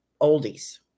oldies